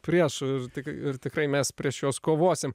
priešu ir tik ir tikrai mes prieš juos kovosim